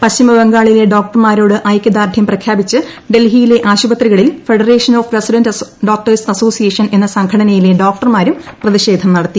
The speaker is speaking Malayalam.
പശ്ചിമബംഗാളിലെ ഡോക്ടർമാരോട് ഐകൃദാർഢൃം പ്രഖ്യാപിച്ച് ഡൽഹിയിലെ ആശുപത്രികളിൽ federation of resident doctors association എന്ന സ്ട്രാഘടനയിലെ ഡോക്ടർമാരും പ്രതിഷേധം നടത്തി